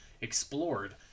explored